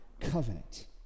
covenant